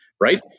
right